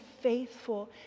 faithful